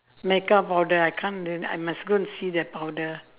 makeup powder I can't I must go and see the powder